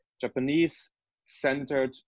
Japanese-centered